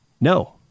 No